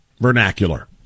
vernacular